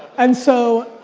and so,